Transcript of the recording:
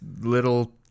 little